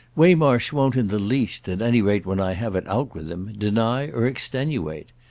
waymarsh won't in the least, at any rate, when i have it out with him, deny or extenuate.